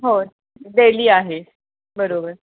हो डेली आहे बरोबर